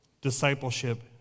discipleship